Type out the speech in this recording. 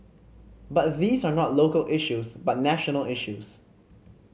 but these are not local issues but national issues